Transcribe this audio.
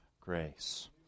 grace